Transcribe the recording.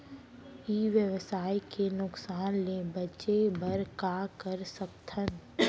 ई व्यवसाय के नुक़सान ले बचे बर का कर सकथन?